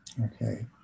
Okay